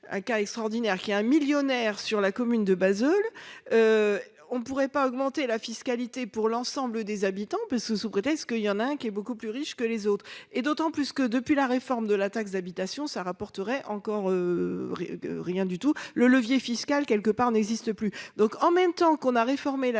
Un cas extraordinaire qui a un millionnaire, sur la commune de base l'. On pourrait pas augmenter la fiscalité pour l'ensemble des habitants, parce que sous prétexte qu'il y en a un qui est beaucoup plus riche que les autres et d'autant plus que depuis la réforme de la taxe d'habitation, ça rapporterait encore. Rien du tout. Le levier fiscal quelque part n'existe plus. Donc en même temps qu'on a réformer la taxe d'habitation.